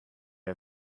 are